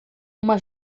uma